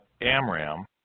Amram